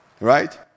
right